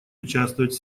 участвовать